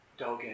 Dogen